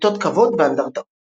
אותות כבוד ואנדרטאות